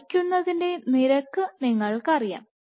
വലിക്കുന്നതിൻറെ നിരക്ക് നിങ്ങൾക്ക് അറിയാം